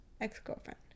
ex-girlfriend